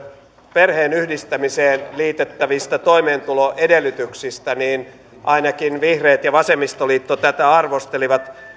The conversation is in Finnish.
perheenyhdistämiseen liitettävistä toimeentuloedellytyksistä niin ainakin vihreät ja vasemmistoliitto tätä arvostelivat